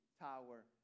Tower